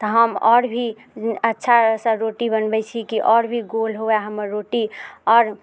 तऽ हम आओर भी अच्छासँ रोटी बनबै छी की आओर भी गोल हुवे हमर रोटी आओर